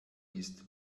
ist